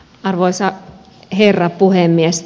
arvoisa herra puhemies